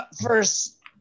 first